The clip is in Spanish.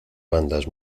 bandas